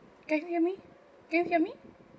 can you hear me can you hear me